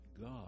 God